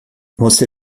você